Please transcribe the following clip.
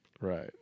Right